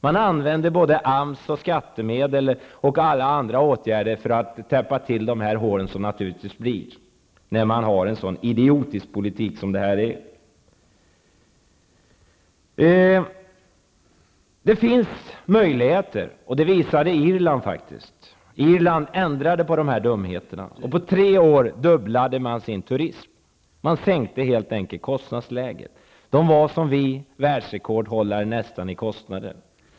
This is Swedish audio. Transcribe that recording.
Man använder både AMS och skattemedel och alla andra åtgärder för att täppa till de hål som det blir när man för en så idiotisk politik som den här. Irland har visat att det finns möjligheter. Där ändrade man de här dumheterna, och på tre år fördubblade man sin turism. Man sänkte helt enkelt kostnadsläget. Irland var, som Sverige, nästan världsrekordhållare i kostnader.